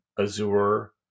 Azure